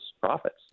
profits